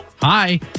Hi